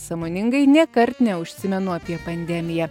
sąmoningai nė kart neužsimenu apie pandemiją